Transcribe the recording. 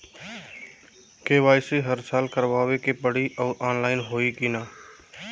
KYC हर साल करवावे के पड़ी और ऑनलाइन होई की ना?